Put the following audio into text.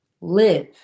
live